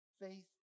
faith